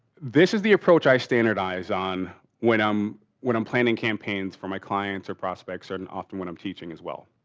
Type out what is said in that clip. this is the approach i standardize on when i'm when i'm planning campaigns for my clients or prospects, and often when i'm teaching as well.